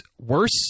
worse